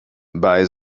bei